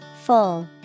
Full